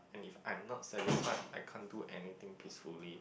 and if I'm not satisfied I can't do anything peacefully